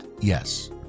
Yes